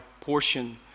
portion